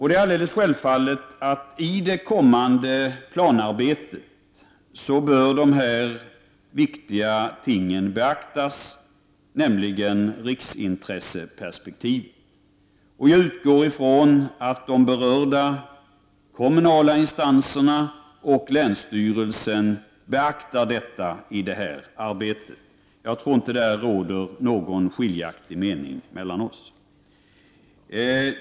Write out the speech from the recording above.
Det alldeles självklart att dessa viktiga ting bör beaktas i de kommande planarbetena, dvs. riksintresseperspektivet. Jag utgår ifrån att de berörda kommunala instanserna och länsstyrelsen beaktar detta i sitt arbete. Jag tror inte att det råder någon skiljaktig mening mellan oss i denna fråga.